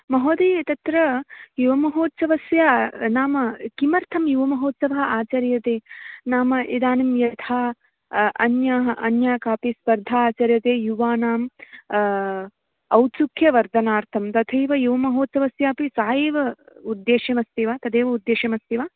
महोदये तत्र युवमहोत्सवस्य नाम किमर्थं युवमहोत्सवः आचर्यते नाम इदानीं यथा अन्याः अन्याः कापि स्पर्धाः आचर्यते युवानां औत्सुक्यवर्धनार्थं तथैव युवमहोत्सवस्यापि स एव उद्देश्यमस्ति वा तदेव उद्देश्यमस्ति वा